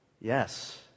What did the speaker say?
Yes